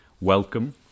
Welcome